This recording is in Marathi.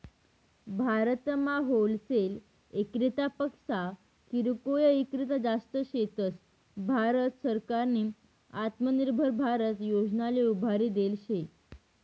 भारतमा होलसेल इक्रेतापक्सा किरकोय ईक्रेता जास्त शेतस, भारत सरकारनी आत्मनिर्भर भारत योजनाले उभारी देल शे